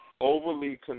overly